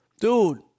Dude